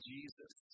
Jesus